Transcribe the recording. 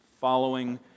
following